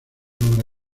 obra